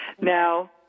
Now